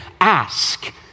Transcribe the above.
Ask